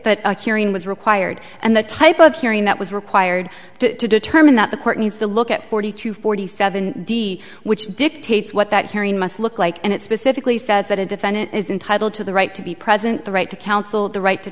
but curing was required and the type of hearing that was required to determine that the court needs to look at forty to forty seven d which dictates what that hearing must look like and it specifically says that a defendant is entitled to the right to be present the right to counsel the right to